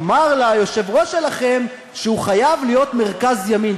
אמר ליושב-ראש שלכם שהוא חייב להיות מרכז-ימין,